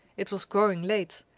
it was growing late,